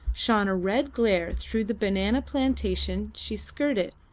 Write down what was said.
shone a red glare through the banana plantation she skirted,